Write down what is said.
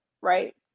right